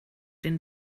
den